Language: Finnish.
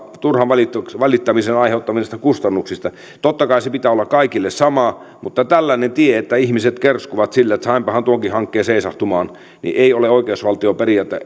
valittamisen aiheuttamisista kustannuksista totta kai sen pitää olla kaikille sama mutta tällainen tie että ihmiset kerskuvat sillä että sainpahan tuonkin hankkeen seisahtumaan ei ole oikeusvaltioperiaatteen